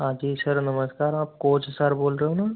हाँ जी सर नमस्कार आप कोच सर बोल रहे हो ना